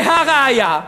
והא ראיה: